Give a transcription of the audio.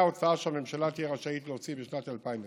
ההוצאה שהממשלה תהיה רשאית להוציא בשנת 2020